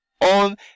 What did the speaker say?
on